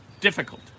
difficult